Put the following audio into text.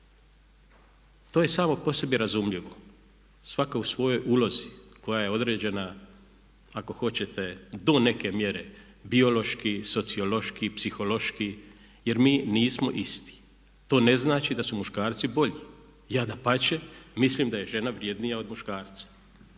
To je samo po sebi razumljivo, svatko u svojoj ulozi koja je određena ako hoćete do neke mjere biološki, sociološki, psihološki jer mi nismo isti. To ne znači da su muškarci bolji. Ja dapače mislim da je žena vrijednija od muškarca,